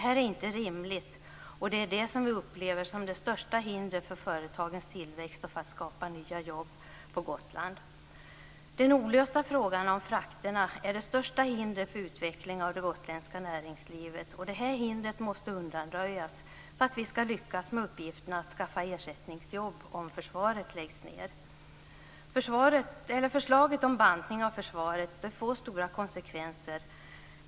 Det är inte rimligt, och det är det som vi upplever som det största hindret för företagens tillväxt och för att skapa nya jobb på Gotland. Den olösta frågan om frakterna är det största hindret för en utveckling av det gotländska näringslivet. Det här hindret måste undanröjas om vi ska lyckas med uppgiften att skaffa ersättningsjobb om försvaret läggs ned. Förslaget om en bantning av försvaret får stora konsekvenser.